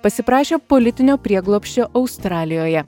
pasiprašė politinio prieglobsčio australijoje